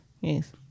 Yes